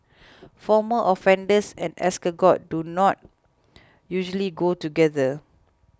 former offenders and escargot do not usually go together